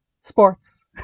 Sports